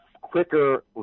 quicker